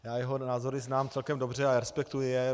Já jeho názory znám celkem dobře a respektuji je.